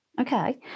Okay